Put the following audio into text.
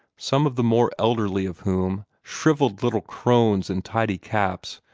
some of the more elderly of whom, shrivelled little crones in tidy caps,